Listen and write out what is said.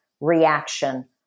reaction